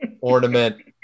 ornament